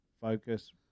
focus